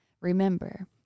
remember